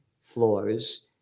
floors